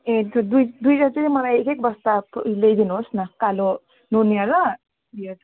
ए दु दुई जातको नै मलाई एक एक बस्ता ल्याइदिनु होस् न कालो नुनिया र